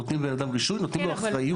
כשנותנים לבן אדם רישוי, נותנים לו אחריות.